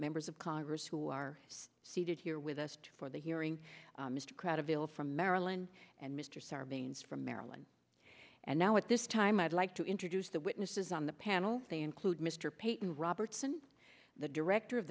members of congress who are seated here with us for the hearing mr pratt avail from maryland and mr sarbanes from maryland and now at this time i'd like to introduce the witnesses on the panel they include mr payton robertson the director of